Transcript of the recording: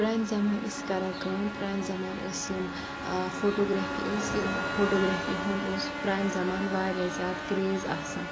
پرانہِ زَمانہٕ ٲسۍ کَران کٲم پرانہِ زَمانہٕ ٲسۍ یِم فوٹوگرافی ٲس یہِ ٲس فوٹوگرافی ہُند اوس پرانہِ زَمانہٕ واریاہ زیادٕ کریز آسان